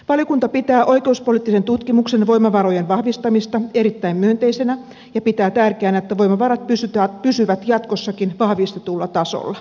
valiokunta pitää oikeuspoliittisen tutkimuksen voimavarojen vahvistamista erittäin myönteisenä ja pitää tärkeänä että voimavarat pysyvät jatkossakin vahvistetulla tasolla